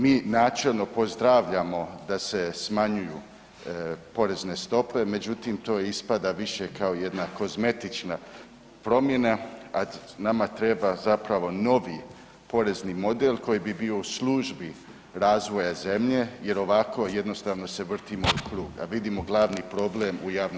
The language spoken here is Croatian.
Mi načelno pozdravljamo da se smanjuju porezne stope, međutim to ispada više kao jedna kozmetička promjena, a nama treba zapravo novi porezni model koji bi bio u službi razvoja zemlje jer ovako jednostavno se vrtimo u krug, a vidimo glavni problem u javnoj potrošnji.